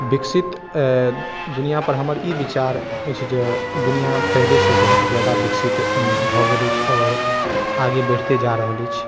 विकसित दुनिआपर हमर ई विचार अछि जे दुनिआ पहिलेसँ बहुत जादा विकसित भऽ गेल अछि आओर आगे बढ़िते जा रहल अछि